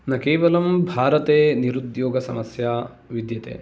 न केवलं भारते निरुद्योग समस्या विद्यते